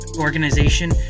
organization